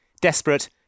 Desperate